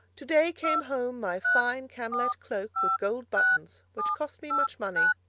today came home my fine camlett cloak with gold buttons, which cost me much money,